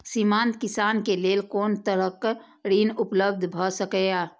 सीमांत किसान के लेल कोन तरहक ऋण उपलब्ध भ सकेया?